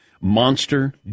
Monster